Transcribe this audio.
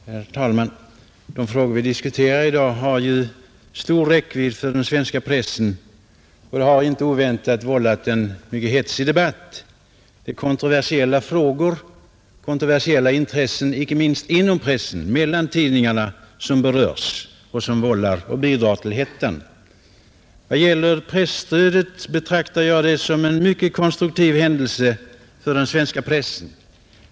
Herr talman! De frågor vi i dag diskuterar har stor räckvidd för den svenska pressen och har, inte oväntat, vållat en hetsig debatt. Det är kontroversiella frågor, kontroversiella intressen icke minst inom pressen och mellan tidningarna, som berörs och som bidrar till hettan. Vad gäller presstödet betraktar jag det som en mycket konstruktiv händelse för den svenska pressen.